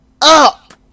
up